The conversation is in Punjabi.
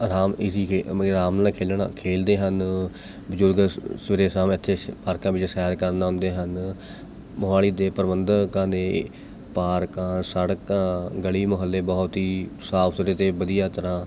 ਆਰਾਮ ਇਜ਼ੀ ਆਰਾਮ ਨਾਲ ਖੇਲਣ ਖੇਲਦੇ ਹਨ ਬਜ਼ੁਰਗ ਸਵੇ ਸਵੇਰੇ ਸ਼ਾਮ ਇੱਥੇ ਪਾਰਕਾਂ ਵਿੱਚ ਸੈਰ ਕਰਨ ਆਉਂਦੇ ਹਨ ਮੋਹਾਲੀ ਦੇ ਪ੍ਰਬੰਧਕਾਂ ਨੇ ਇ ਪਾਰਕਾਂ ਸੜਕਾਂ ਗਲੀ ਮਹੱਲੇ ਬਹੁਤ ਹੀ ਸਾਫ਼ ਸੁਥਰੇ ਅਤੇ ਵਧੀਆ ਤਰ੍ਹਾਂ